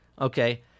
Okay